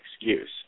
excuse